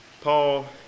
Paul